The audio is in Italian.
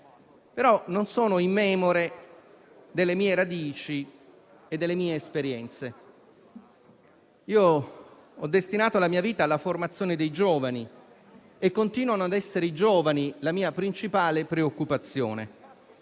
però non sono immemore delle mie radici e delle mie esperienze. Ho destinato la mia vita alla formazione dei giovani, che continuano ad essere la mia principale preoccupazione.